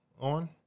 on